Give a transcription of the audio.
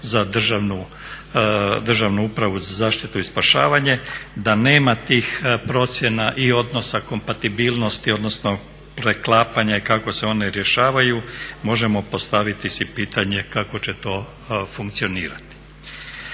za Državnu upravu za zaštitu i spašavanje, da nema tih procjena i odnosa kompatibilnosti, odnosno preklapanja kako se one rješavaju možemo postaviti si pitanje kako će to funkcionirati.